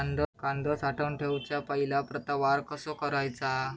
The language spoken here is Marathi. कांदो साठवून ठेवुच्या पहिला प्रतवार कसो करायचा?